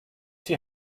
die